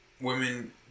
women